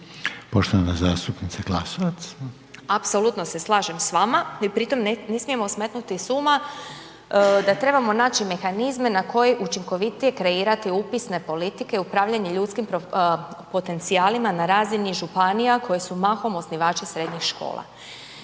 **Glasovac, Sabina (SDP)** Apsolutno se slažem s vama. I pritom ne smijemo smetnuti s uma da trebamo naći mehanizme na koji učinkovitije kreirati upisne politike upravljanja ljudskim potencijalima na razini županija koje su mahom osnivači srednjih škola.